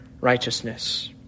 righteousness